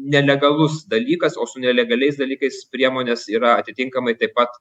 nelegalus dalykas o su nelegaliais dalykais priemonės yra atitinkamai taip pat